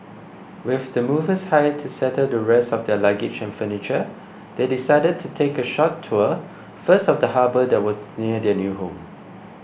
with the movers hired to settle the rest of their luggage and furniture they decided to take a short tour first of the harbour that was near their new home